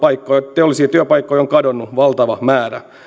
teollisia työpaikkoja on kadonnut valtava määrä